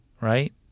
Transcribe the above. right